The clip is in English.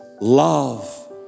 Love